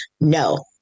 No